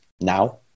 Now